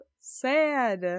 sad